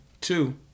Two